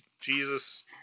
Jesus